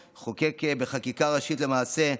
חוקק, בחקיקה ראשית, למעשה,